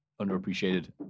underappreciated